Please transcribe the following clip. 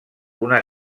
una